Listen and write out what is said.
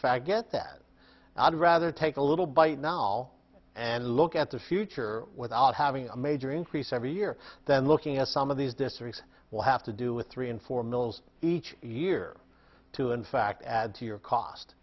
fact get that i'd rather take a little bite now and look at the future without having a major increase every year then looking at some of these districts will have to do with three and four mills each year to in fact add to your